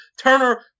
Turner